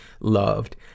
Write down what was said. loved